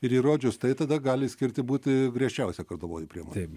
ir įrodžius tai tada gali skirti būti griežčiausia kardomoji priemonė